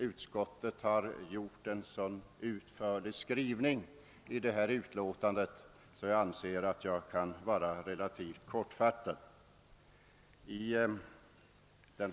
Utskottets skrivning i förevarande utlåtande är så pass utförlig att jag anser mig kunna vara relativt kortfattad.